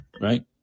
right